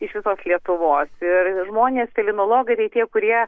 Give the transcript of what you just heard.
iš visos lietuvos ir žmonės felinologai tai tie kurie